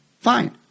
Fine